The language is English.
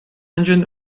engine